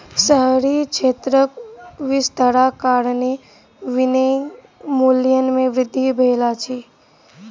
शहरी क्षेत्रक विस्तारक कारणेँ वनोन्मूलन में वृद्धि भेल अछि